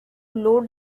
low